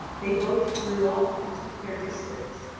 they both drew off and took their distance.